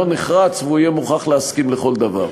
נחרץ והוא יהיה מוכרח להסכים לכל דבר.